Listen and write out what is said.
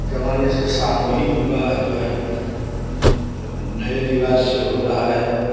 ज़माने से सामूहिक विवाह जो है अब नए रिवाज़ से हो रहा है